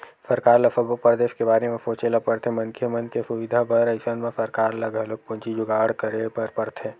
सरकार ल सब्बो परदेस के बारे म सोचे ल परथे मनखे मन के सुबिधा बर अइसन म सरकार ल घलोक पूंजी जुगाड़ करे बर परथे